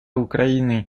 украины